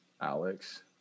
Alex